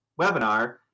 webinar